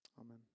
Amen